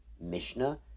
Mishnah